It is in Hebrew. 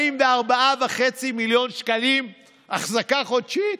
44 מיליון וחצי שקלים אחזקה חודשית?